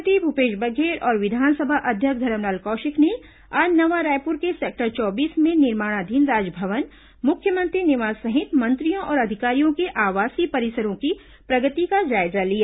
मुख्यमंत्री भूपेश बघेल और विधानसभा अध्यक्ष धरमलाल कौशिक ने आज नवा रायपुर के सेक्टर चौबीस में निर्माणाधीन राजभवन मुख्यमंत्री निवास सहित मंत्रियों और अधिकारियों के आवासीय परिसरों की प्रगति का जायजा लिया